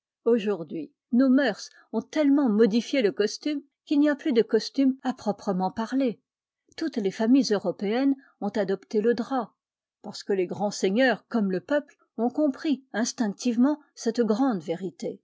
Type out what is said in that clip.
aujourd'hui nos mœurs ont tellement modifié le costume qu'il n'y a plus de costume à proprement parler toutes les familles européennes ont adopté le drap parce que les grands seigneurs comme le peuple ont compris instinctivement cette grande vérité